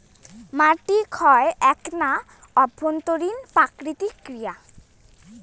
মাটির ক্ষয় এ্যাকনা অভ্যন্তরীণ প্রাকৃতিক ক্রিয়া